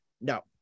no